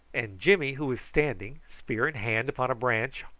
and jimmy, who was standing, spear in hand, upon a branch,